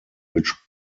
which